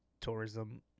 tourism